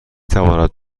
تواند